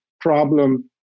problem